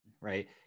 right